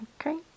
Okay